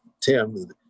Tim